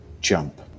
jump